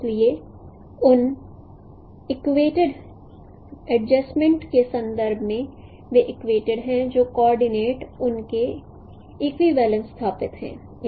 इसलिए उन equated adjustment के संदर्भ में वे इक्वेटेड हैं जो कोऑर्डिनेट उनके इक्विवलेंस स्थापित हैं